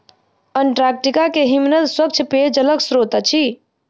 Antarctica के हिमनद स्वच्छ पेयजलक स्त्रोत अछि